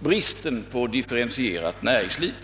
finns inte något differentierat näringsliv.